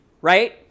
Right